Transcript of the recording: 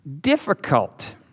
difficult